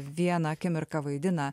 vieną akimirką vaidina